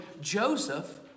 Joseph